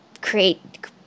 create